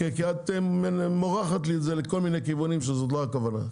את מורחת לי את זה לכל מיני כיוונים וזאת לא הכוונה.